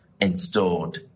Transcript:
installed